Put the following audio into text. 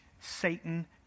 Satan